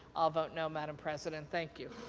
i'll vote no, madam president. thank you.